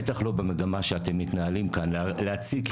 בטח לא במגמה שאתם מתנהלים כאן ומציגים